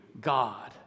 God